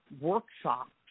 workshops